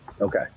okay